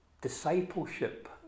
discipleship